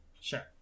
Sure